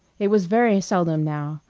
it was very seldom, now,